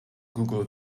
google